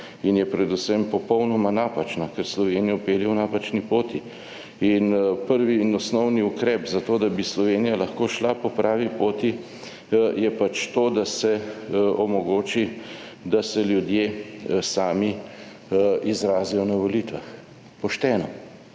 in je predvsem popolnoma napačna, ker Slovenijo pelje v napačni poti. In prvi in osnovni ukrep zato, da bi Slovenija lahko šla po pravi poti je pač to, da se omogoči, da se ljudje sami izrazijo na volitvah, pošteno,